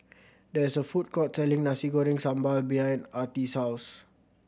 there is a food court selling Nasi Goreng Sambal behind Artie's house